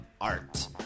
art